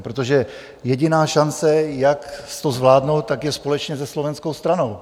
Protože jediná šance, jak to zvládnout, je společně se slovenskou stranou.